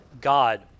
God